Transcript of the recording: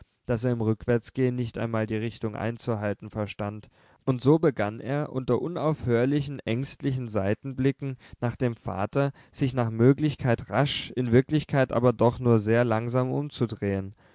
daß er im rückwärtsgehen nicht einmal die richtung einzuhalten verstand und so begann er unter unaufhörlichen ängstlichen seitenblicken nach dem vater sich nach möglichkeit rasch in wirklichkeit aber doch nur sehr langsam umzudrehen